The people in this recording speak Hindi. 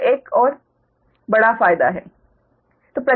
यह एक और यह बड़ा फायदा है